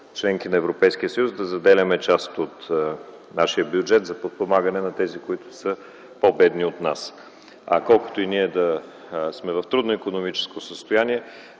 членки на Европейския съюз – да заделяме част от нашия бюджет за подпомагане на тези, които са по-бедни от нас. В колкото и трудно икономическо състояние